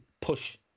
push